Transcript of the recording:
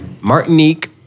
Martinique